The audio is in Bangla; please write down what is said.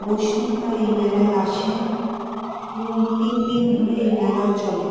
বৈষ্ণবরা এই মেলায় আসেন এবং তিন দিন ধরে এই মেলা চলে